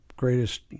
greatest